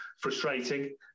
frustrating